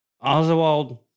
Oswald